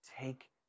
take